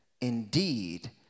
Indeed